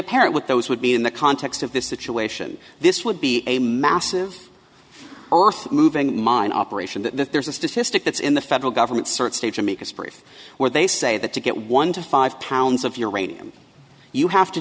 apparent what those would be in the context of this situation this would be a massive earth moving mine operation that there's a statistic that's in the federal government search stage amicus brief where they say that to get one to five pounds of uranium you have to